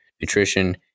nutrition